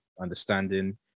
understanding